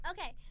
Okay